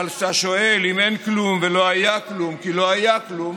אבל אתה שואל: אם אין כלום ולא היה כלום כי לא היה כלום,